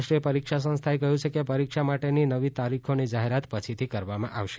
રાષ્ટ્રીય પરીક્ષા સંસ્થાએ કહ્યું છે કે પરીક્ષા માટેની નવી તારીખોની જાહેરાત પછીથી કરવામાં આવશે